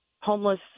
homeless